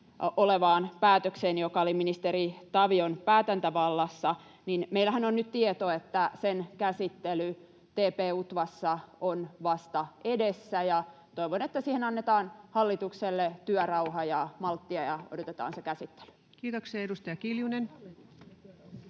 olevaan päätökseen, joka oli ministeri Tavion päätäntävallassa, niin meillähän on nyt tieto, että sen käsittely TP-UTVAssa on vasta edessä. Toivon, että siihen annetaan hallitukselle työrauha ja malttia ja odotetaan se käsittely. [Speech 41] Speaker: